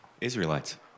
Israelites